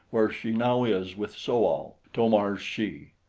where she now is with so-al, to-mar's she.